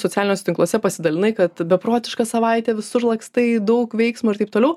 socialiniuose tinkluose pasidalinai kad beprotiška savaitė visur lakstai daug veiksmo ir taip toliau